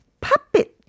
puppet